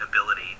ability